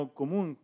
común